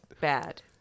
Bad